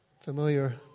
familiar